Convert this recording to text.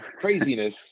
craziness